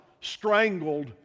strangled